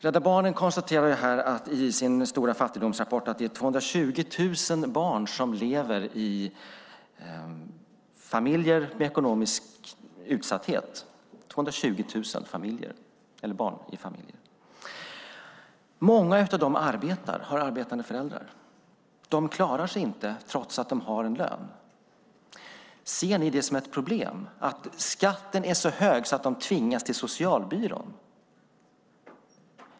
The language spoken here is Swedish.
Rädda Barnen konstaterar i sin stora fattigdomsrapport att det är 220 000 barn som lever i familjer med ekonomisk utsatthet. Många av dessa barn har arbetande föräldrar som inte klarar sig trots att de har en lön. Ser ni det som ett problem att skatten är så hög att de tvingas till socialbyrån?